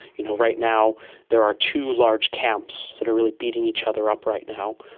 you know right now there are two large camps that are really beating each other up right now,